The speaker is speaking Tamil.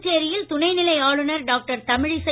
புதுச்சேரியில் துணைநிலை ஆளுநர் டாக்டர் தமிழிசை